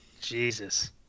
Jesus